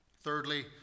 Thirdly